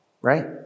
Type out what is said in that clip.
right